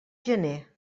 gener